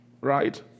Right